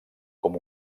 com